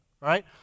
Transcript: right